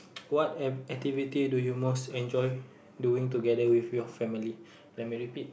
what act~ activity do you most enjoy doing together with your family let me repeat